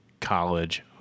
college